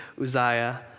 Uzziah